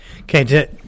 Okay